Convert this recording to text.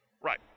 Right